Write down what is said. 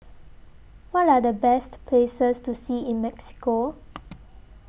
What Are The Best Places to See in Mexico